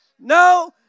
No